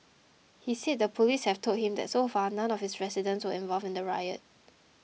he said the police have told him that so far none of his residents were involved in the riot